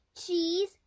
cheese